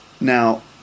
Now